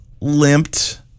limped